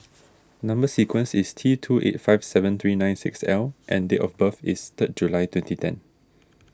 Number Sequence is T two eight five seven three nine six L and date of birth is third July twnenty ten